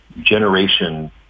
generation